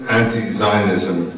anti-Zionism